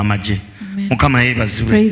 Praise